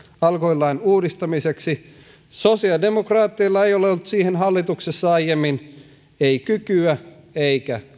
alkoholilain uudistamiseksi sosiaalidemokraateilla ei ole ollut siihen hallituksessa aiemmin kykyä eikä